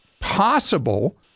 possible